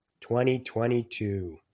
2022